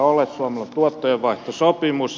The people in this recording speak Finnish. suomella on tuottojenvaihtosopimus